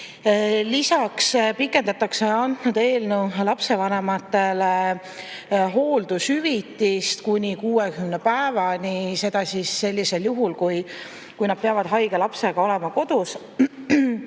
Lisaks pikendatakse eelnõu kohaselt lapsevanematele hooldushüvitist kuni 60 päevani, seda siis sellisel juhul, kui nad peavad haige lapsega kodus